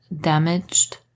damaged